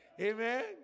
amen